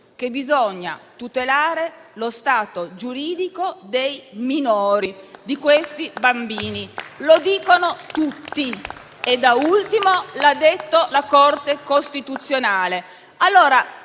bisogna tutelare lo stato giuridico dei minori, di questi bambini. Lo dicono tutti e, da ultimo, l'ha detto la Corte costituzionale.